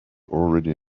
already